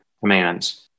Commands